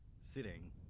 sitting